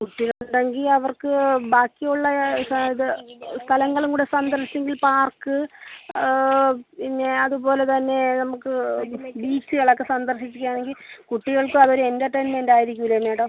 കുട്ടികളുണ്ടെങ്കിൽ അവർക്ക് ബാക്കിയുള്ള ഇത് സ്ഥലങ്ങളും കൂടെ സന്ദർശിച്ചെങ്കിൽ പാർക്ക് പിന്നെ അതുപോലെതന്നെ നമുക്ക് ബീച്ചുകളൊക്കെ സന്ദർശിക്കുകയാണെങ്കിൽ കുട്ടികൾക്കും അതൊരു എൻ്റർടൈൻമെൻ്റ് ആയിരിക്കില്ലെ മാഡം